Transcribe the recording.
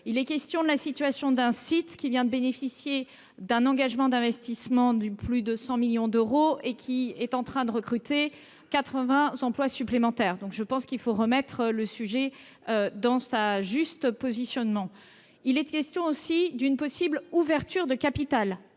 Nous parlons de la situation d'un site qui vient de bénéficier d'un engagement d'investissement de plus de 100 millions d'euros et qui est en train de recruter quatre-vingts emplois supplémentaires. Je pense donc qu'il faut replacer le sujet dans son juste positionnement. Il est question d'une possible ouverture de capital,